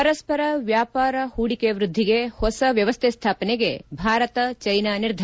ಪರಸ್ಪರ ವ್ಯಾಪಾರ ಹೂಡಿಕೆ ವೃದ್ವಿಗೆ ಹೊಸ ವ್ಯವಸ್ವೆ ಸ್ವಾಪನೆಗೆ ಭಾರತ ಚೈನಾ ನಿರ್ಧಾರ